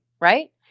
right